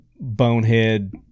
bonehead